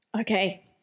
Okay